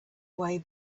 way